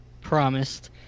promised